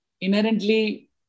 inherently